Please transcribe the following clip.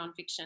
nonfiction